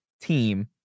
team